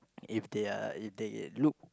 if they are if they looked